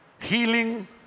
Healing